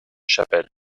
chapelle